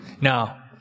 Now